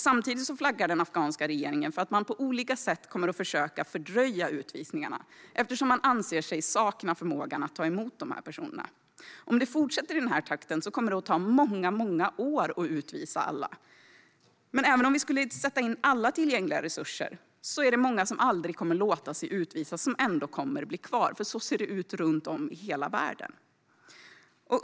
Samtidigt flaggar den afghanska regeringen för att man på olika sätt kommer att försöka fördröja utvisningarna eftersom man anser sig sakna förmåga att ta emot dessa personer. Om det fortsätter i denna takt kommer det att ta många år att utvisa alla. Även om vi skulle sätta in alla tillgängliga resurser är det många som aldrig kommer att låta sig utvisas och som kommer att bli kvar, för så ser det ut runt om i hela världen.